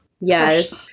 Yes